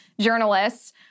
journalists